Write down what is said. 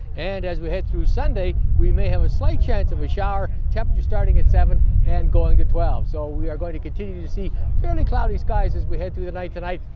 and as we head through sunday, we may have a slight chance of a shower, temperatures starting at seven and going to twelve, so we are going to continue to see fairly cloudy skies as we head through the night tonight.